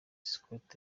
scott